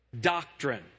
Doctrine